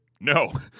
No